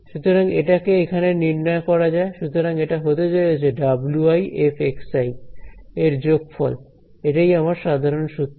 সুতরাং এটাকে এখানে নির্ণয় করা যায় সুতরাং এটা হতে চলেছে wi f এর যোগফল এটাই আমার সাধারণ সূত্র